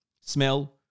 smell